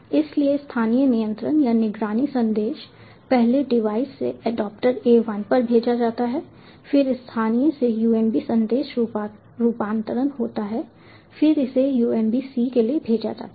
इसलिए स्थानीय नियंत्रण या निगरानी संदेश पहले डिवाइस से एडेप्टर A 1 पर भेजा जाता है फिर स्थानीय से UMB संदेश रूपांतरण होता है फिर इसे UMB C के लिए भेजा जाता है